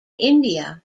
india